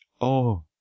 Oh